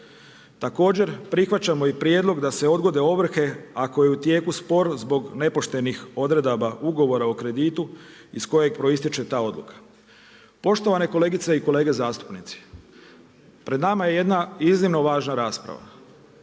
Također prihvaćamo i prijedlog da se odgode ovrhe ako je u tijeku spor zbog nepoštenih odredaba ugovora o kreditu iz kojeg proistječe ta odluka. Poštovane kolegice i kolege zastupnici, pred nama je jedna iznimno važna rasprava.